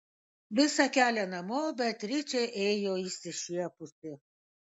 visą kelią namo beatričė ėjo išsišiepusi